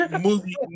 movie